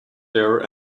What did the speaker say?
there